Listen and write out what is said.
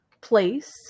place